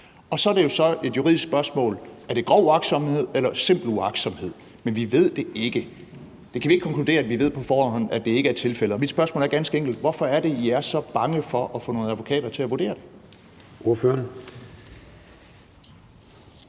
Og så er det jo et juridisk spørgsmål: Er det grov uagtsomhed eller simpel uagtsomhed? Men vi ved det ikke. Vi kan ikke konkludere, at vi ved på forhånd, at det ikke er tilfældet. Og mit spørgsmål er ganske enkelt: Hvorfor er det, at I er så bange for at få nogle advokater til at vurdere det?